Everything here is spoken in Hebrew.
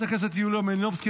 חברת הכנסת יוליה מלינובסקי,